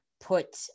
Put